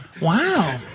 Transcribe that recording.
Wow